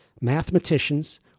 mathematicians